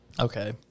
Okay